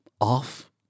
off